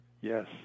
Yes